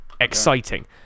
Exciting